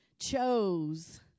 chose